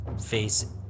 face